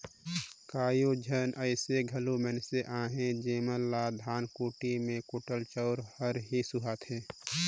कइयो झन अइसे घलो मइनसे अहें जेमन ल धनकुट्टी में कुटाल चाँउर हर ही सुहाथे